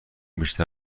بیشتر